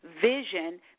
vision